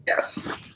Yes